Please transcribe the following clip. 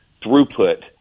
throughput